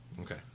Okay